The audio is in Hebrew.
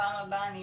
בפעם הבאה אני